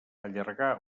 allargar